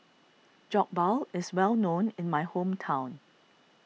Jokbal is well known in my hometown